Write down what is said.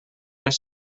les